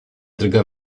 drga